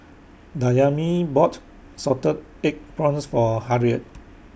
Dayami bought Salted Egg Prawns For Harriet